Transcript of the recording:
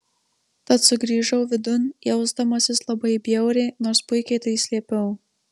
tad sugrįžau vidun jausdamasis labai bjauriai nors puikiai tai slėpiau